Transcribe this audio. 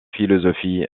philosophie